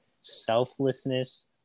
selflessness